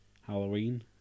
Halloween